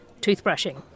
toothbrushing